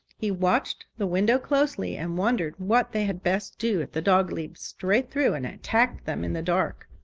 he watched the window closely and wondered what they had best do if the dog leaped straight through and attacked them in the dark.